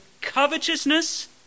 covetousness